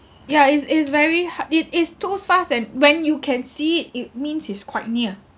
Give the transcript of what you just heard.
ya is is very hard it is too fast and when you can see it it means is quite near